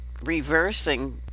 reversing